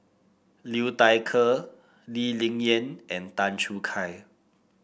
Liu Thai Ker Lee Ling Yen and Tan Choo Kai